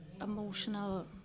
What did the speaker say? emotional